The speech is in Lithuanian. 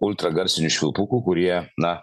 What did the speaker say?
ultragarsinių švilpukų kurie na